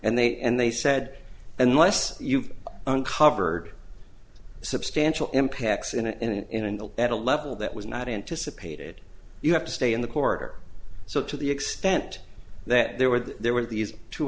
and they and they said unless you've uncovered substantial impacts in an in an at a level that was not anticipated you have to stay in the corridor so to the extent that there were that there were these two